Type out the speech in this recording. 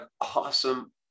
awesome